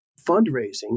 fundraising